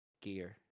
gear